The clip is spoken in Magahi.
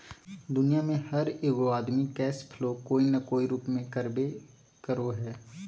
दुनिया में हर एगो आदमी कैश फ्लो कोय न कोय रूप में करबे करो हइ